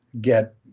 get